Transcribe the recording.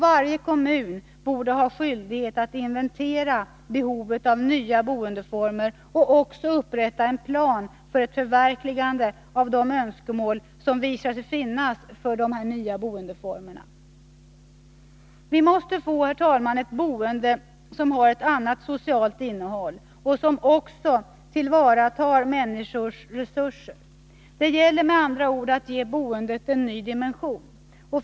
Varje kommun borde ha skyldighet att inventera behovet av nya boendeformer och också upprätta en plan för ett förverkligande av de önskemål som visar sig finnas om dessa nya boendeformer. Vi måste, herr talman, få ett boende som har ett annat socialt innehåll och som också tillvaratar människors resurser. Det gäller med andra ord att ge boendet en ny dimension.